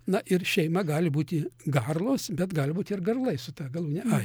na ir šeima gali būti garlos bet gali būti ir garlai su ta galūne ai